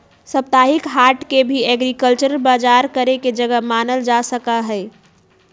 साप्ताहिक हाट के भी एग्रीकल्चरल बजार करे के जगह मानल जा सका हई